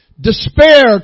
despair